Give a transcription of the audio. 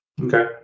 okay